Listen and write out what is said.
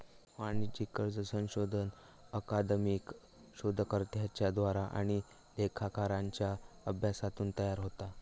वाणिज्यिक कर्ज संशोधन अकादमिक शोधकर्त्यांच्या द्वारा आणि लेखाकारांच्या अभ्यासातून तयार होता